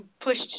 pushed